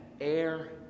air